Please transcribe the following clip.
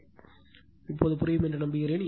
இதேபோல் இது புரியும் என்று நம்புகிறேன்